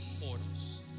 portals